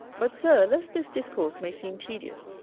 but, sir, lest this discourse may seem tedious,